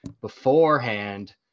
beforehand